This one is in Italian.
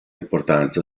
importanza